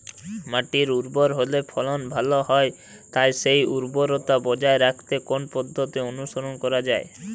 মাটি উর্বর হলে ফলন ভালো হয় তাই সেই উর্বরতা বজায় রাখতে কোন পদ্ধতি অনুসরণ করা যায়?